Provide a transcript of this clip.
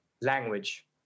language